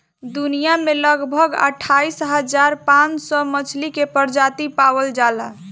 दुनिया में लगभग अट्ठाईस हज़ार पाँच सौ मछरी के प्रजाति पावल जाला